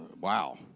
Wow